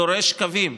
דורש קווים,